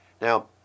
Now